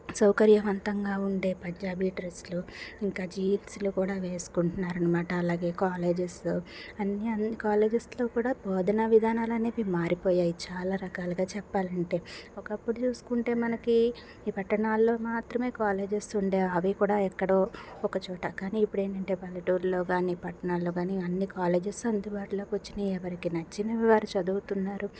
సౌకర్యవంతంగా ఉండే పంజాబీ డ్రెస్సులు ఇంకా జీన్స్లు కూడా వేసుకుంటున్నారు అనమాట అలాగే కాలేజస్ అన్ని అన్ని కాలేజస్లో కూడా బోధన విధానాలు అనేవి మారిపోయాయి చాలా రకాలుగా చెప్పాలంటే ఒకప్పుడు చూసుకుంటే మనకి ఈ పట్టణాల్లో మాత్రమే కాలేజెస్ ఉండేవి అవి కూడా ఎక్కడో ఒకచోట కానీ ఇప్పుడు ఏంటంటే పల్లెటూరులో కానీ పట్టణాల్లో కానీ అన్ని కాలేజీస్ అందుబాటులోకి వచ్చినాయి ఎవరికి నచ్చినవి వారు చదువుతున్నారు